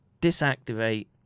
disactivate